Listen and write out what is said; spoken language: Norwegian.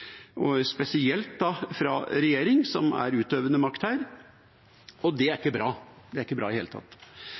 er utøvende makt her, og det er ikke bra. Det er ikke bra i det hele tatt.